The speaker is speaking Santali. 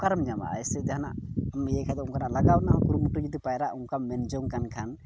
ᱚᱠᱟᱨᱮᱢ ᱧᱟᱢᱟ ᱮᱭᱥᱮ ᱡᱟᱦᱟᱱᱟᱜ ᱤᱭᱟᱹᱭ ᱠᱷᱟᱡ ᱫᱚ ᱚᱱᱠᱟᱱᱟᱜ ᱞᱟᱜᱟᱣ ᱨᱮᱭᱟᱜ ᱠᱩᱨᱩᱢᱩᱴᱩᱭ ᱡᱩᱫᱤ ᱯᱟᱭᱨᱟᱜ ᱚᱱᱠᱟᱢ ᱢᱮᱱ ᱡᱚᱝ ᱠᱟᱱ ᱠᱷᱟᱱ